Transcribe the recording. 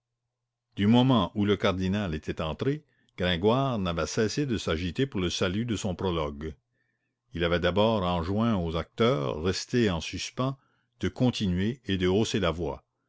du moment où le cardinal était entré gringoire n'avait cessé de s'agiter pour le salut de son prologue il avait d'abord enjoint aux acteurs restés en suspens de continuer et de hausser la voix